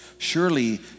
Surely